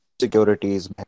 Securities